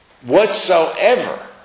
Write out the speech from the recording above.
whatsoever